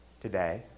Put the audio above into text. Today